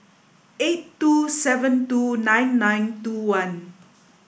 eight two seven two nine nine two one